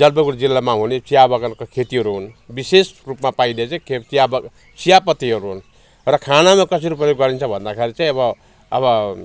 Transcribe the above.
जलपाइगुडी जिल्लामा हुने चिया बगानको खेतीहरू हुन् विशेष रूपमा पाइने चाहिँ चिया चियापत्तिहरू हुन् र खानको कसरी प्रयोग गरिन्छ भन्दाखरि चाहिँ अब अब